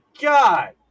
God